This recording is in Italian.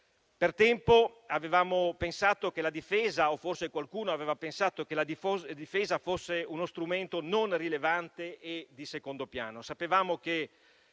Per tempo avevamo pensato o forse qualcuno aveva pensato che la difesa fosse uno strumento non rilevante e di secondo piano.